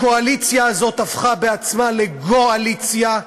הקואליציה הזאת הפכה בעצמה לגועליציה,